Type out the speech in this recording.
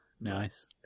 Nice